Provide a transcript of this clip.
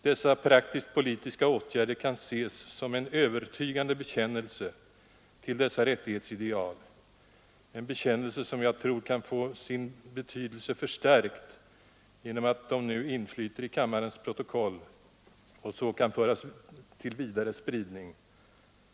Dessa praktiskt-politiska åtgärder kan ses som en övertygande bekännelse till dessa rättighetsideal, en bekännelse som jag tror kan få sin betydelse förstärkt genom att de nu inflyter i kammarens protokoll och så kan föras till vidare spridning.